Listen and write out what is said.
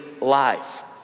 life